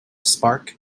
spark